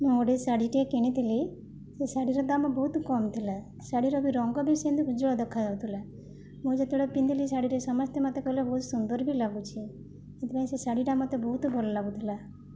ମୁଁ ଗୋଟେ ଶାଢ଼ୀଟିଏ କିଣିଥିଲି ସେ ଶାଢ଼ୀର ଦାମ୍ ବହୁତ କମ୍ ଥିଲା ଶାଢ଼ୀରବି ରଙ୍ଗବି ସେମିତି ଉଜ୍ଜଳ ଦେଖାଯାଉଥିଲା ମୁଁ ଯେତେବେଳେ ପିନ୍ଧିଲି ଶାଢ଼ୀଟି ସମସ୍ତେ ମୋତେ କହିଲେ ବହୁତ ସୁନ୍ଦର ବି ଲାଗୁଛି ସେଥିପାଇଁ ସେ ଶାଢ଼ୀଟା ମୋତେ ବହୁତ ଭଲ ଲାଗୁଥିଲା